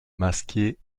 masqué